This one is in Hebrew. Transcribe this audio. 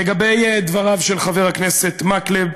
לגבי דבריו של חבר הכנסת מקלב,